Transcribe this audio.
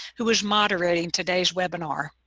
who is moderating today's webinar.